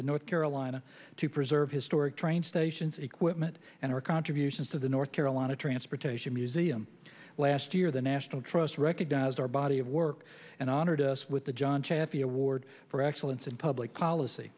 in north carolina to preserve historic train stations equipment and our contributions to the north carolina transportation museum last year the national trust recognized our body of work and honored us with the john chafee award for excellence in public policy